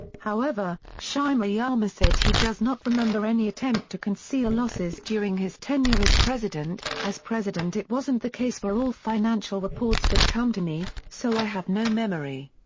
however, shimoyama said he does not remember any attempt to conceal losses during his tenure as president as president it wasn't the case where all financial reports would come to me, so i have no memory.